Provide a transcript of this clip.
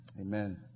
amen